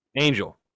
Angel